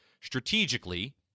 strategically